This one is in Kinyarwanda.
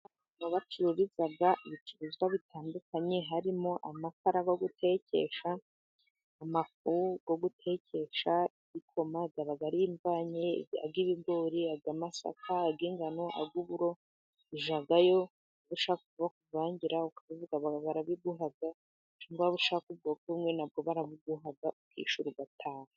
Aho bacururiza ibicuruzwa bitandukanye harimo amakara yo gutekesha, amafu yo gutekesha igikoma iba ari imvange y'ibigori, iy'amasaka, iy'ingano, iy'uburo ujyayo ushaka ko bakuvangira ukabivuga barabiguha cyangwa waba ushaka ubwoko bumwe na bwo barabuguha ukishyura ugataha.